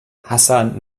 hassan